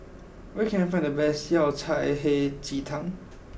where can I find the best Yao Cai Hei Ji Tang